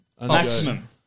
maximum